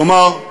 כלומר,